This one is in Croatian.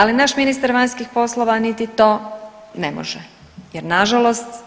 Ali naš ministar vanjskih poslova niti to ne može jer nažalost